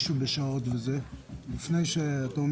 אתה רוצה